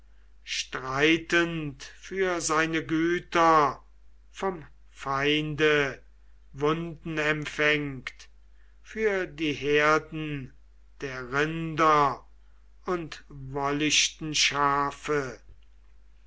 streitend für seine güter vom feinde wunden empfängt für die herden der rinder und wollichten